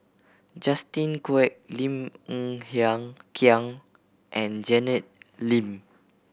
Justin Quek Lim Hng Kiang and Janet Lim